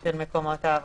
של מקומות העבודה.